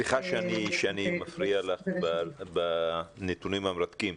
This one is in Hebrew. סליחה שאני מפריע לך בנתונים המרתקים,